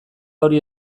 hori